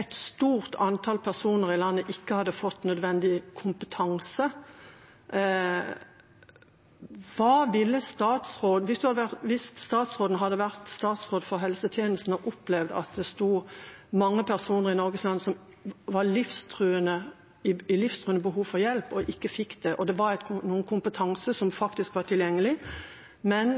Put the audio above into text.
et stort antall personer i landet ikke hadde fått nødvendig kompetanse: Hva ville statsråden gjort hvis han hadde vært statsråd for helsetjenesten og opplevd at det var mange personer i Norges land som hadde livsnødvendig behov for hjelp og ikke fikk det, og det fantes kompetanse som faktisk var tilgjengelig, men